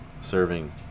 serving